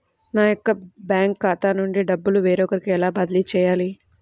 నా యొక్క బ్యాంకు ఖాతా నుండి డబ్బు వేరొకరికి ఎలా బదిలీ చేయాలి?